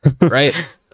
right